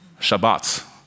Shabbat